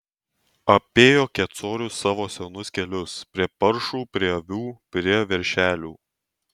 apėjo kecorius savo senus kelius prie paršų prie avių prie veršelių